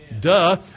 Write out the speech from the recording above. Duh